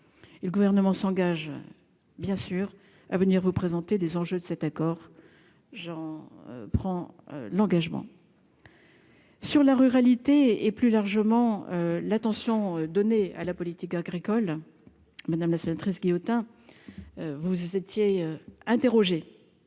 le gouvernement s'engage bien sûr à venir vous présenter des enjeux de cet accord, j'en prends l'engagement. Sur la ruralité et plus largement l'attention donnée à la politique agricole, madame la sénatrice Guillotin, vous étiez interrogé